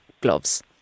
gloves